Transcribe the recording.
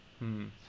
-hmm